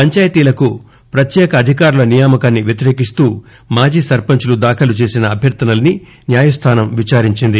పంచాయితీలకు ప్రత్యేక అధికారుల నియామకాన్ని వ్యతిరేకిస్తూ మాజీ సర్పంచ్లు ధాఖలు చేసిన అభ్యర్దనల్ని న్యాయస్థానం విచారించింది